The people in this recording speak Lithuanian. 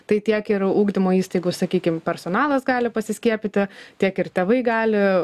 tai tiek ir ugdymo įstaigų sakykim personalas gali pasiskiepyti tiek ir tėvai gali